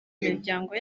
imiryango